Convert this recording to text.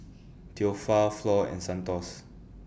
Theophile Flo and Santos